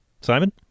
Simon